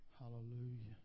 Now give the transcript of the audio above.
hallelujah